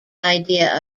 idea